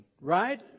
right